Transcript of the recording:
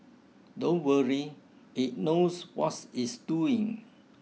don't worry it knows what's it's doing